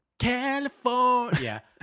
California